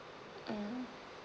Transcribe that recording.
mm